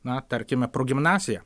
na tarkime progimnaziją